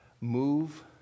move